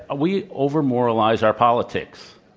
ah we over-moralize our politics.